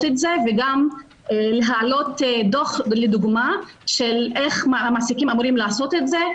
את זה וגם להעלות דוח לדוגמה שמראה איך המעסיקים אמורים לעשות את זה,